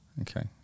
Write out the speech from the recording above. Okay